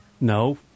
No